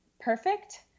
perfect